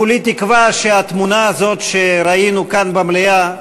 כולי תקווה שהתמונה הזאת שראינו כאן במליאה,